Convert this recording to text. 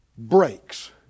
breaks